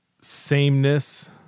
sameness